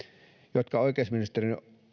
jotka oikeusministeriön